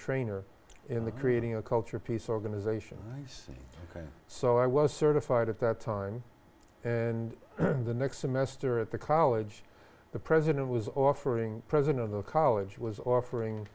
trainer in the creating a culture of peace organization the city so i was certified at that time and in the next semester at the college the president was offering president of the college was offering